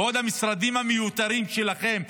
ועוד המשרדים המיותרים שלכם,